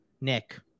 Nick